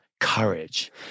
Courage